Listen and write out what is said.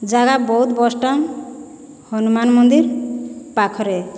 ଜାଗା ବଉଦ ବସଷ୍ଟାଣ୍ଡ ହନୁମାନ ମନ୍ଦିର ପାଖରେ